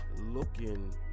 looking